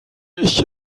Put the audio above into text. ich